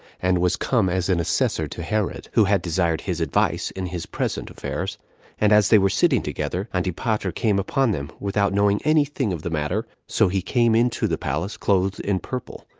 and was come as an assessor to herod, who had desired his advice in his present affairs and as they were sitting together, antipater came upon them, without knowing any thing of the matter so he came into the palace clothed in purple.